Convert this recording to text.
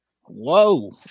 whoa